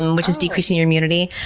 um which is decreasing your immunity.